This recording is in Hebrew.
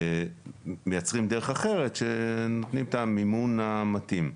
ומייצרים דרך אחרת שנותנת את המימון המתאים.